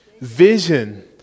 Vision